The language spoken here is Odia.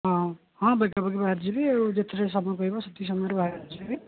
ହଁ ହଁ ବେଗାବେଗି ବାହାରି ଯିବି ଆଉ ଯେତିକି ସମୟ କହିବେ ସେତିକି ସମୟରେ ବାହାରି ଯିବି